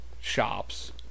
shops